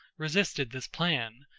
resisted this plan,